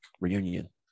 reunion